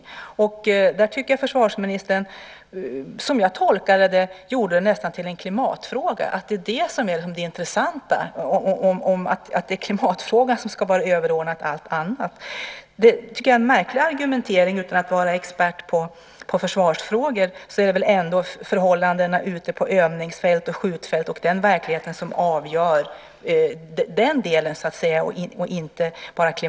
Som jag tolkar det gjorde försvarsministern detta nästan till en klimatfråga, att det är den som är den intressanta och som ska vara överordnad allt annat. Det är en märklig argumentering. Utan att vara expert på försvarsfrågor menar jag att det är väl ändå förhållandena på övningsfält och skjutfält som avgör den delen.